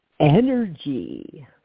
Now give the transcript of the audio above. energy